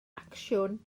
acsiwn